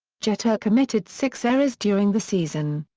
jeter committed six errors during the season,